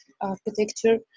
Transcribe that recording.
architecture